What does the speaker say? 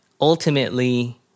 ultimately